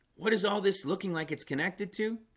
what is all this looking like it's connected to